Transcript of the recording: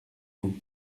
vous